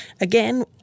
again